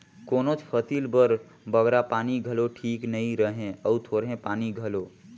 कोनोच फसिल बर बगरा पानी घलो ठीक नी रहें अउ थोरहें पानी घलो